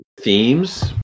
themes